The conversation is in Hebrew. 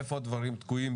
איפה הדברים תקועים.